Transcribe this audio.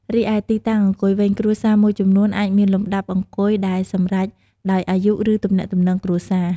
រីឯ ទីតាំងអង្គុយវិញ គ្រួសារមួយចំនួន អាចមានលំដាប់អង្គុយដែលសម្រេចដោយអាយុ ឬទំនាក់ទំនងគ្រួសារ។